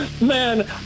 Man